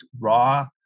raw